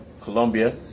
Colombia